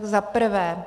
Za prvé.